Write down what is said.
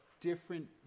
different